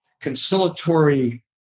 conciliatory